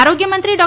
આરોગ્યમંત્રી ડૉ